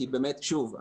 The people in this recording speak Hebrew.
ושוב,